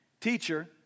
Teacher